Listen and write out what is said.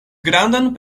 grandan